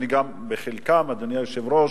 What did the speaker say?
אדוני היושב-ראש,